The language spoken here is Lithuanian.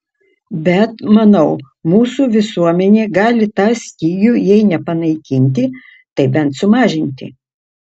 bet manau mūsų visuomenė gali tą stygių jei ne panaikinti tai bent sumažinti